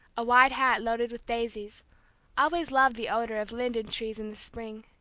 a wide hat loaded with daisies always love the odor of linden trees in the spring.